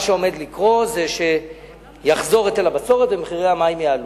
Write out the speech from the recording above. מה שעומד לקרות זה שיחזור היטל הבצורת ומחירי המים יעלו.